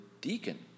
deacon